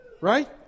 Right